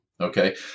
Okay